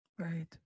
Right